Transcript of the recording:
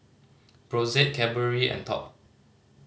Brotzeit Cadbury and Top